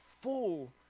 full